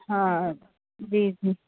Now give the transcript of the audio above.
हा जी जी